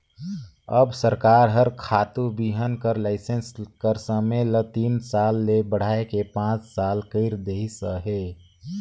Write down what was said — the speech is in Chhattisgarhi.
अब सरकार हर खातू बीहन कर लाइसेंस कर समे ल तीन साल ले बढ़ाए के पाँच साल कइर देहिस अहे